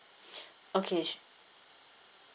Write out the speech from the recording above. okay